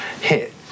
hit